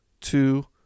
two